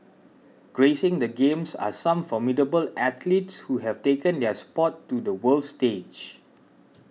gracing the Games are some formidable athletes who have taken their sport to the world stage